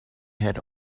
had